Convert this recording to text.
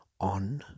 on